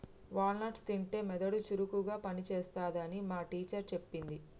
wall nuts తింటే మెదడు చురుకుగా పని చేస్తది అని మా టీచర్ చెప్పింది